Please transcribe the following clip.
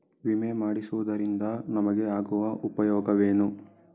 ವಿಮೆ ಮಾಡಿಸುವುದರಿಂದ ನಮಗೆ ಆಗುವ ಉಪಯೋಗವೇನು?